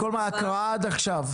בכל ההקראה עד עכשיו?